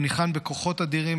הוא ניחן בכוחות אדירים,